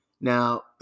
Now